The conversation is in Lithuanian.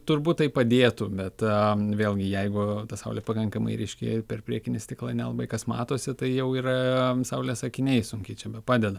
turbūt tai padėtų bet vėlgi jeigu ta saulė pakankamai ryški ir per priekinį stiklą nelabai kas matosi tai jau yra saulės akiniai sunkiai čia bepadeda